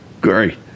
Great